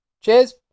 cheers